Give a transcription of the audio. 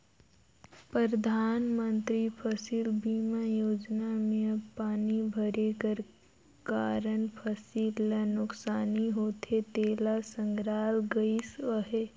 परधानमंतरी फसिल बीमा योजना में अब पानी भरे कर कारन फसिल ल नोसकानी होथे तेला संघराल गइस अहे